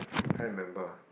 can't remember